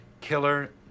killer